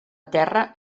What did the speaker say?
terra